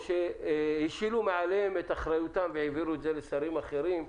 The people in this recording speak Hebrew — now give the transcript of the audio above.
או השילו מעליהם את אחריותם והעבירו אותה לשרים אחרים.